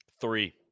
Three